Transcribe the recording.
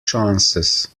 chances